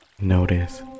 Notice